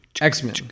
X-Men